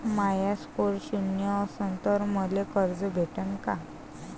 माया score शून्य असन तर मले कर्ज भेटन का?